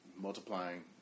multiplying